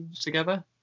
together